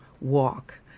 walk